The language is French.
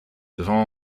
devaient